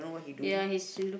ya he's she look